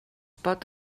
pot